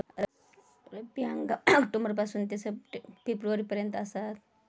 रब्बी हंगाम ऑक्टोबर पासून ते फेब्रुवारी पर्यंत आसात